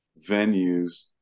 venues